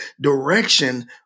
direction